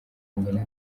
nyina